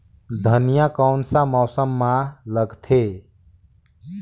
धनिया कोन सा मौसम मां लगथे?